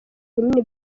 bunini